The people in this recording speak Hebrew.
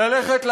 ללכת לעבודה,